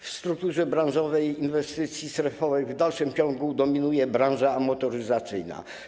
W strukturze branżowej inwestycji strefowych w dalszym ciągu dominuje branża motoryzacyjna.